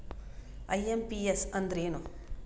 IMPS ಅಂದ್ರ ಏನು?